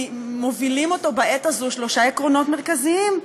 ומובילים אותו בעת הזו שלושה עקרונות מרכזיים: